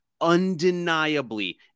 undeniably